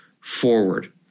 forward